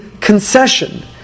concession